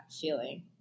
feeling